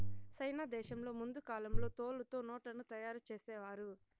సైనా దేశంలో ముందు కాలంలో తోలుతో నోట్లను తయారు చేసేవారు